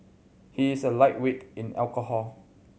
he is a lightweight in alcohol